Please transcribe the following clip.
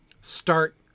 start